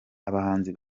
abahanzi